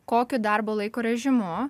kokiu darbo laiko režimu